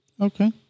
Okay